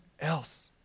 else